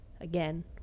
Again